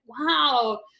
wow